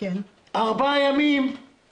ביום הראשון